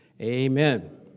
Amen